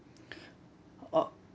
oh